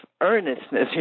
earnestness